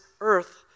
earth